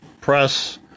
press